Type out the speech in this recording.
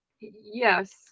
Yes